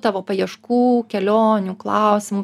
tavo paieškų kelionių klausimų